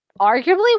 arguably